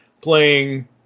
playing